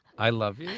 i. love yeah